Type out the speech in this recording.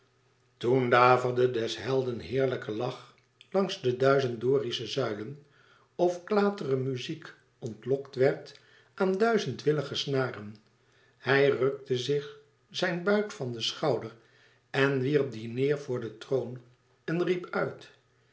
toen daverde des helden heerlijke lach langs de duizend dorische zuilen of klatere muziek ontlokt werd aan duizend willige snaren hij rukte zich zijn buit van den schouder en wierp dien neêr voor den troon en riep uit